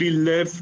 בלי לב,